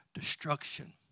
destruction